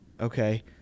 Okay